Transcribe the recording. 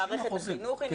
מערכת החינוך היא נפרדת.